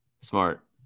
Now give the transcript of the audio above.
Smart